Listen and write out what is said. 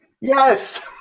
Yes